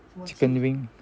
chicken wing